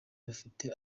bafite